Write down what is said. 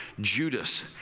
Judas